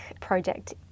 project